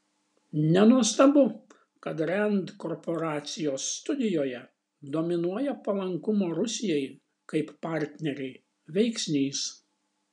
nenuostabu kad rand korporacijos studijoje dominuoja palankumo rusijai kaip partnerei veiksnys